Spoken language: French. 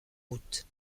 routes